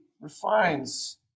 refines